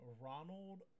Ronald